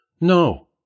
No